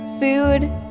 food